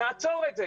נעצור את זה.